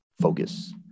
focus